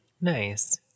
Nice